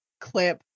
clip